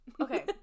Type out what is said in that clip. Okay